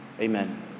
amen